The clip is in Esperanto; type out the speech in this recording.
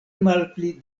malpli